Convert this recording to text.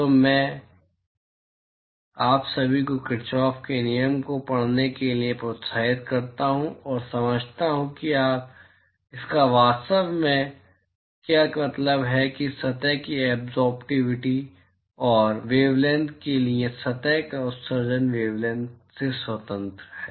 तो मैं आप सभी को किरचॉफ के नियम को पढ़ने के लिए प्रोत्साहित करता हूं और समझता हूं कि इसका वास्तव में क्या मतलब है कि सतह की एब्ज़ोर्बटिविटी और वेवलैंथ के लिए सतह की उत्सर्जन वेवलैंथ से स्वतंत्र है